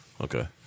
Okay